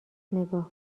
نگاه